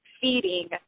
feeding